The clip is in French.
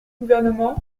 gouvernement